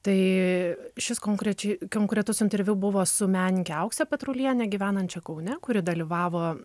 tai šis konkrečiai konkretus interviu buvo su menininke aukse petruliene gyvenančia kaune kuri dalyvavo